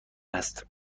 است